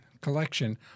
collection